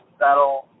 that'll